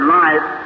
life